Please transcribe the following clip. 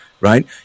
Right